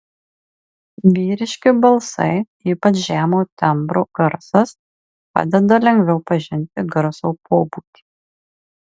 vyriški balsai ypač žemo tembro garsas padeda lengviau pažinti garso pobūdį